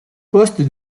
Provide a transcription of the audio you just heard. poste